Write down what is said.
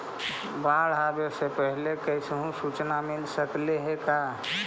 बाढ़ आवे से पहले कैसहु सुचना मिल सकले हे का?